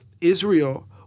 Israel